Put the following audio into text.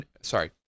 sorry